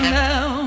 now